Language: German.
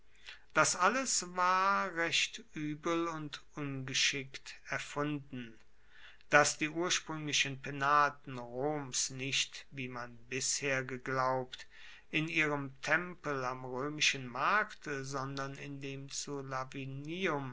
das alles war recht uebel und ungeschickt erfunden dass die urspruenglichen penaten roms nicht wie man bisher geglaubt in ihrem tempel am roemischen markte sondern in dem zu lavinium